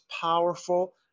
powerful